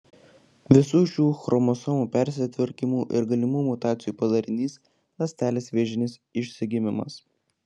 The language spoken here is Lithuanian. visų šių chromosomų persitvarkymų ir galimų mutacijų padarinys ląstelės vėžinis išsigimimas